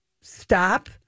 stop